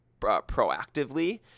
proactively